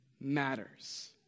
matters